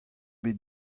bet